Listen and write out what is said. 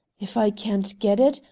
if i can't get it,